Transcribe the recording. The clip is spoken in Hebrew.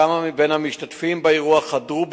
כמה מבין המשתתפים באירוע חדרו,